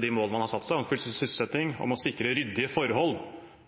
de målene man har satt seg om full sysselsetting, om å sikre ryddige forhold